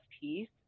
piece